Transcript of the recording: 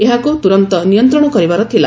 ଏହାକୁ ତୁରନ୍ତ ନିୟନ୍ତ୍ରଣ କରିବାର ଥିଲା